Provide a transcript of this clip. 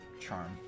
charm